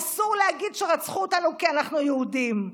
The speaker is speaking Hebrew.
אסור להגיד שרצחו אותנו כי אנחנו יהודים.